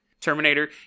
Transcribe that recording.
Terminator